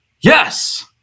Yes